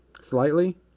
Slightly